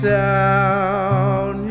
down